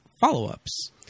follow-ups